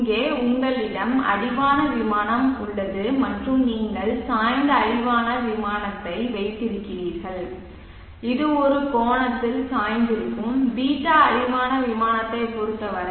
இங்கே உங்களிடம் அடிவான விமானம் உள்ளது மற்றும் நீங்கள் சாய்ந்த அடிவான விமானத்தை வைத்திருக்கிறீர்கள் இது ஒரு கோணத்தில் சாய்ந்திருக்கும் ß அடிவான விமானத்தைப் பொறுத்தவரை